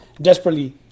Desperately